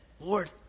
Lord